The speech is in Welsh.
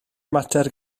mater